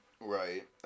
right